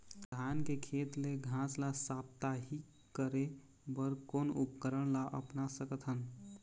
धान के खेत ले घास ला साप्ताहिक करे बर कोन उपकरण ला अपना सकथन?